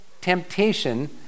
temptation